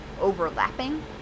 overlapping